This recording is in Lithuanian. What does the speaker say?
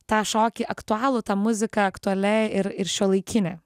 tą šokį aktualų tą muziką aktualia ir šiuolaikine